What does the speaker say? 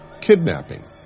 kidnapping